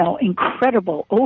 incredible